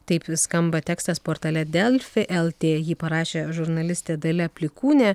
taip skamba tekstas portale delfi lt jį parašė žurnalistė dalia plikūnė